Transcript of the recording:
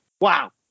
wow